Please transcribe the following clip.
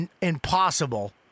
impossible